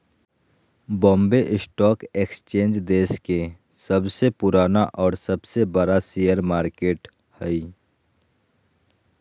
Bombay stock exchange देश के सबसे पुराना और सबसे बड़ा शेयर मार्केट हइ